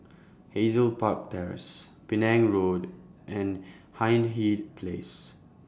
Hazel Park Terrace Penang Road and Hindhede Place